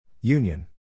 Union